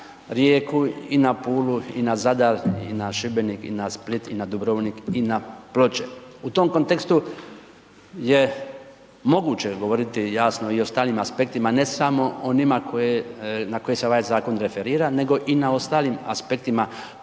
i na Pulu i na Zadar i na Šibenik i na Split i na Dubrovnik i na Ploče. U tom kontekstu je moguće govoriti jasno i o …/nerazumljivo/… aspektima, ne samo onima koje, na koje se ovaj zakon referira nego i na ostalim aspektima poslovanja